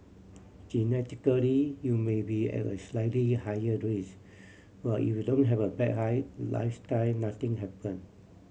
genetically you may be at a slightly higher risk but if you don't have a bad lifestyle nothing happen